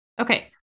okay